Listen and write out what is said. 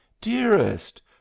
dearest